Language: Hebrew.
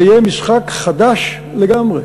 זה יהיה משחק חדש לגמרי,